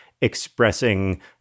expressing